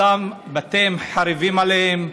בתיהם חרבים עליהם,